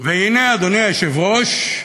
והנה, אדוני היושב-ראש,